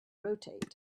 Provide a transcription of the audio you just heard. rotate